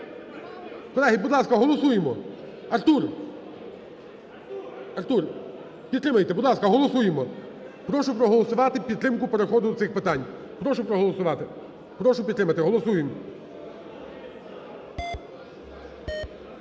Колеги, будь ласка, голосуємо. Артур! Артур, підтримайте, будь ласка, голосуємо. Прошу проголосувати підтримку переходу до цих питань, прошу проголосувати, прошу підтримати, голосуємо.